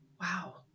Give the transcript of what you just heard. Wow